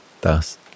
Thus